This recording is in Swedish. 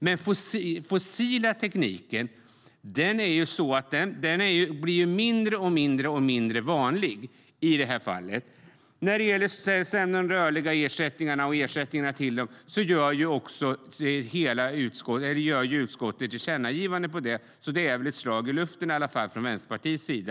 Men den fossila tekniken blir ju mindre och mindre vanlig i det fallet. När det gäller de rörliga ersättningarna gör utskottet tillkännagivanden om det, så det är väl ett slag i luften från Vänsterpartiets sida.